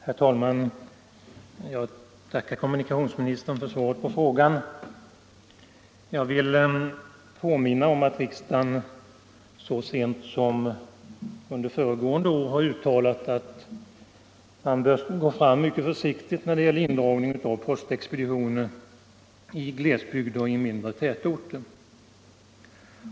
Herr talman! Jag tackar kommunikationsministern för svaret på min fråga. Jag vill påminna om att riksdagen så sent som under föregående år har uttalat att man bör gå fram mycket försiktigt när det gäller indragning av postexpeditioner i glesbygder och mindre tätorter.